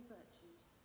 virtues